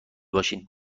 باشین